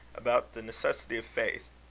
about the necessity of faith.